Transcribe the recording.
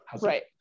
right